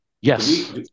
Yes